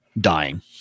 dying